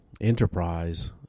enterprise